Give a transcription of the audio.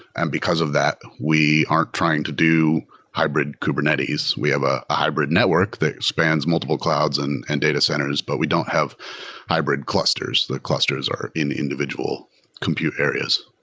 and because of that, we aren't trying to do hybrid kubernetes. we have a hybrid network that spans multiple clouds and and data centers, but we don't have hybrid clusters. the clusters are in individual computer areas.